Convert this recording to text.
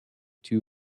too